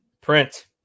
print